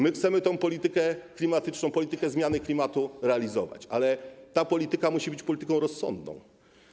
My chcemy tę politykę klimatyczną, politykę zmiany klimatu realizować, ale ta polityka musi być polityką rozsądną.